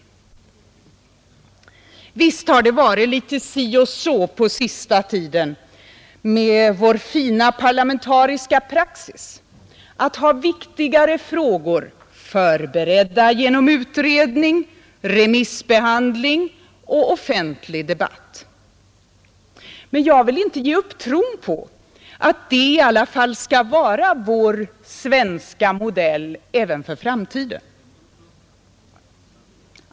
Visst har det varit litet si och så på sistone med vår fina parlamentariska praxis att ha viktigare frågor förberedda genom utredning, remissbehandling och offentlig debatt. Men jag vill inte ge upp tron på att det i alla fall skall vara vår svenska modell även för framtiden.